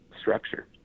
structure